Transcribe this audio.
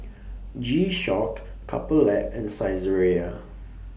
G Shock Couple Lab and Saizeriya